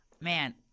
Man